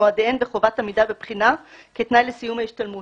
מועדיהן וחובת עמידה בבחינה כתנאי לסיום ההשתלמויות.